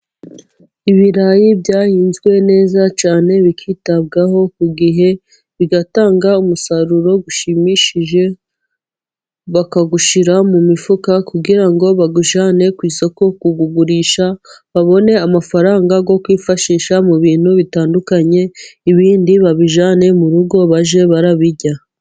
Ibirayi byahinzwe neza cyane, byitabwaho ku gihe bitanga umusaruro ushimishije, bawushyira mu mifuka kugira ngo bawujyane ku isoko kuwugurisha, babone amafaranga yo kwifashisha mu bintu bitandukanye, ibindi babijyane mu rugo bajye babirya.